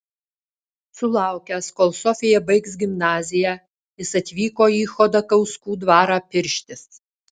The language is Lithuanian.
sulaukęs kol sofija baigs gimnaziją jis atvyko į chodakauskų dvarą pirštis